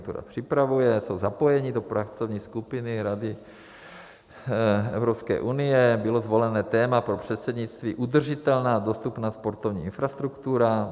Tam se sportovní agentura připravuje, jsou zapojeni do pracovní skupiny Rady Evropské unie, bylo zvolené téma pro předsednictví udržitelná dostupná sportovní infrastruktura.